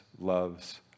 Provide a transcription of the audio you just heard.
loves